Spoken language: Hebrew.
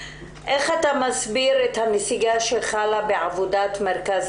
איך אתה מסביר את הנסיגה שחלה בעבודה של מרכז